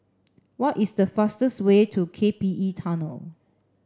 what is the fastest way to K P E Tunnel